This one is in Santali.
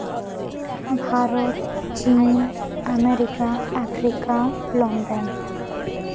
ᱵᱷᱟᱨᱚᱛ ᱪᱤᱱ ᱟᱢᱮᱨᱤᱠᱟ ᱟᱯᱷᱨᱤᱠᱟ ᱞᱚᱱᱰᱚᱱ